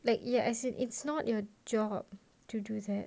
like ya as in it's not your job to do that